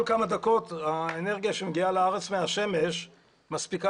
כמה דקות האנרגיה שמגיעה לארץ מהשמש מספיקה